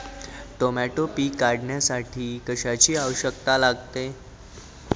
Tomato पीक काढण्यासाठी कशाची आवश्यकता लागते?